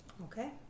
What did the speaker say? okay